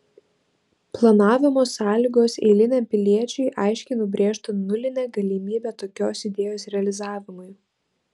planavimo sąlygos eiliniam piliečiui aiškiai nubrėžtų nulinę galimybę tokios idėjos realizavimui